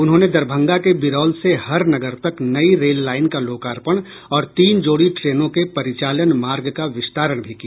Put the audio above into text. उन्होंने दरभंगा के बिरौल से हरनगर तक नई रेल लाईन का लोकार्पण और तीन जोड़ी ट्रेनों के परिचालन मार्ग का विस्तारण भी किया